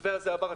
המתווה הזה עבר,